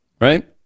right